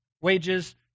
wages